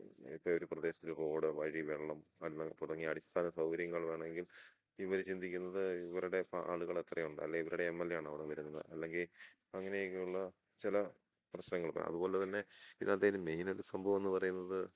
ഇപ്പം ഒരു പ്രദേശത്തിൽ റോഡ് വഴി വെള്ളം മണ്ണ് തുടങ്ങിയ അടിസ്ഥാന സൗകര്യങ്ങൾ വേണമെങ്കിൽ ഇവർ ചിന്തിക്കുന്നത് ഇവരുടെ ആളുകൾ എത്രയുണ്ട് അല്ലേ ഇവരുടെ എം എൽ എ ആണോ അവിടെ വരുന്നത് അല്ലെങ്കിൽ അങ്ങനെയൊക്കെയുള്ള ചില പ്രശ്നങ്ങൾ അതുപോലെ തന്നെ ഇതിനകത്തെ ഒരു മെയിൻ ഒരു സംഭവം എന്നു പറയുന്നത്